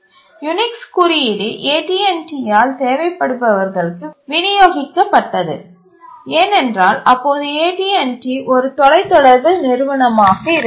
Unix குறியீடு AT T ஆல் தேவைப்படுபவர்களுக்கு விநியோகிக்கப்பட்டது ஏனென்றால் அப்போது AT T ஒரு தொலைத் தொடர்பு நிறுவனமாக இருந்தது